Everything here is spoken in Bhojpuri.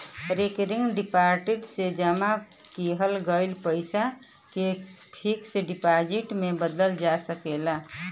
रेकरिंग डिपाजिट से जमा किहल गयल पइसा के फिक्स डिपाजिट में बदलल जा सकला